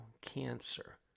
cancer